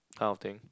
kind of thing